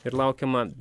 ir laukiama